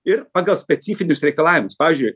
ir pagal specifinius reikalavimus pavyzdžiui